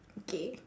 okay